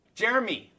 jeremy